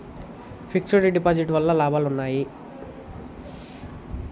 Fix డ్ deposit వల్ల లాభాలు ఉన్నాయి?